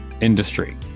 industry